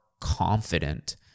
confident